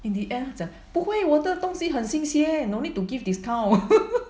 in the end 讲不会我的东西很新鲜 no need to give discount